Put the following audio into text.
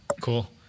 cool